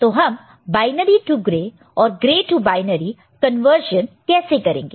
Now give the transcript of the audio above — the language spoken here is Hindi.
तो हम बायनरी टु ग्रे और ग्रे टु बायनरी कन्वर्शन कैसे करेंगे